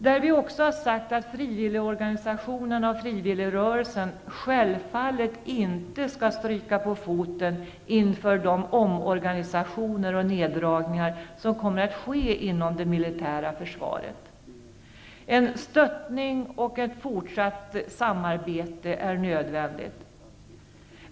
Vi har också sagt att frivilligorganisationerna och frivilligrörelsen självfallet inte skall stryka på foten inför de omorganisationer och neddragningar som kommer att ske inom det militära försvaret. En stöttning och ett fortsatt samarbete är nödvändigt.